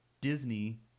Disney